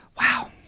Wow